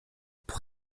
pour